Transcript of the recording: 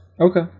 Okay